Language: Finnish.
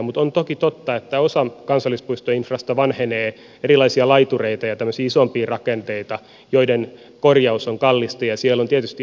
mutta on toki totta että osa kansallispuistoinfrasta vanhenee erilaisia laitureita ja tämmöisiä isompia rakenteita joiden korjaus on kallista ja siellä on tietysti aina jonoa